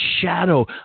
shadow